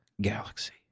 galaxy